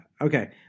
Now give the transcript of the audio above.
Okay